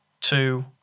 two